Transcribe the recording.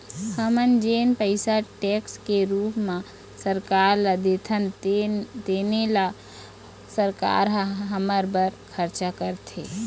हमन जेन पइसा टेक्स के रूप म सरकार ल देथन तेने ल सरकार ह हमर बर खरचा करथे